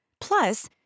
Plus